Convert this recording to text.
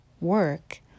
work